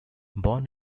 born